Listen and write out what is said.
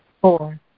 Four